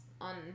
on